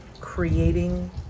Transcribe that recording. creating